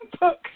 book